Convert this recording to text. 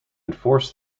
enforce